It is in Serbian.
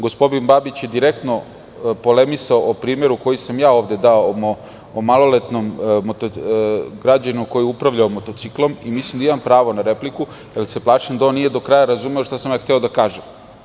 Gospodin Babić je direktno polemisao o primeru koji sam ja ovde dao, o maloletnom građaninu koji je upravljao motociklom i mislim da imam pravo na repliku, jer se plašim da on nije do kraja razumeo šta sam ja hteo da kažem.